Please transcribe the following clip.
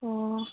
अ